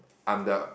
I'm the